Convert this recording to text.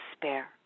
despair